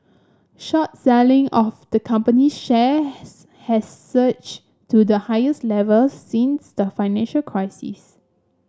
short selling of the company shares has surged to the highest level since the financial crisis